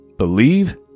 Believe